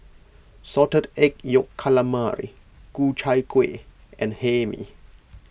Salted Egg Yolk Calamari Ku Chai Kuih and Hae Mee